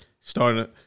Starting